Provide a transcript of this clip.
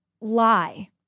lie